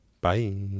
Bye